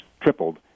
tripled